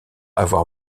avoir